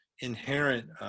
inherent